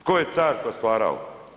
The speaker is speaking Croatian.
Tko je carstva stvara?